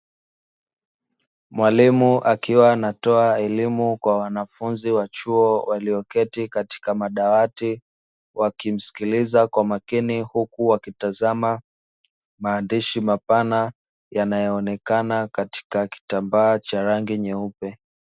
Mwalimu akiwa anatoa elimu kwa wanafunzi wa chuo walioketi katika madawati wakimsikiliza kwa makini huku wakitazama maandishi mapana yanayoonekana katika kitambaa cha rangi nyeupe.